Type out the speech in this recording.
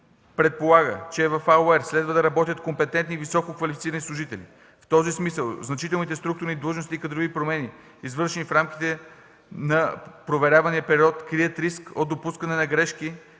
предполага, че в АУЕР следва да работят компетентни, висококвалифицирани служители. В този смисъл значителните структурни, длъжностни и кадрови промени, извършени в рамките на проверявания период, крият риск от допускане на грешки